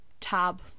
tab